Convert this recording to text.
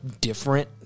different